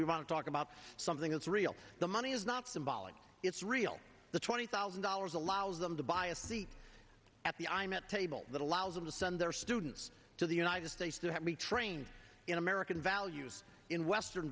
e want to talk about something that's real the money is not symbolic it's real the twenty thousand dollars allows them to buy a seat at the i'm at table that allows them to send their students to the united states to have me trained in american values in western